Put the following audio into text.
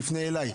שיפנה אלי.